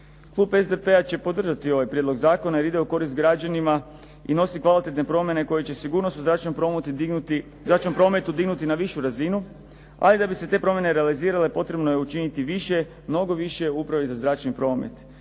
Klub SDP-a će podržati ovaj prijedlog zakona jer ide u korist građanima i nosi kvalitetne promjene koje će sigurnost u zračnom prometu dignuti na višu razinu a i da bi se te promjene realizirale potrebno je učiniti više, mnogo više u upravi za zračni promet